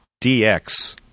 DX